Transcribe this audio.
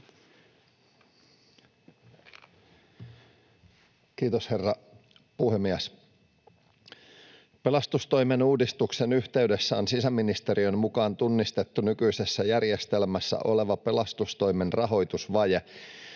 Kiitos, herra puhemies! Pelastustoimen uudistuksen yhteydessä on sisäministeriön mukaan tunnistettu nykyisessä järjestelmässä oleva pelastustoimen rahoitusvaje,